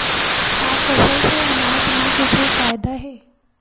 का फसल से आनाज मा कुछु फ़ायदा हे?